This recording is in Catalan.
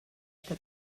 que